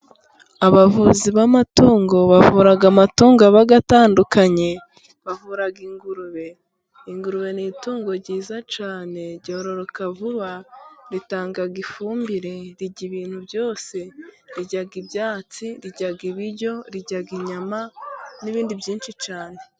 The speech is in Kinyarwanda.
Abavuzi b'amatungo bavura amatungo aba atandukanye, bavura ingurube . Ingurube ni itungo ryiza cyane ,ryororoka vuba ritanga ifumbire ,rirya ibintu byose . Rirya ibyatsi , rirya ibiryo ,rirya inyama n'ibindi byinshi cyane.